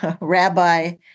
rabbi